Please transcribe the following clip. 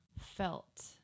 felt